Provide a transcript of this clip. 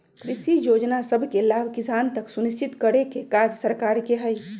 कृषि जोजना सभके लाभ किसान तक सुनिश्चित करेके काज सरकार के हइ